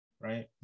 right